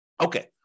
Okay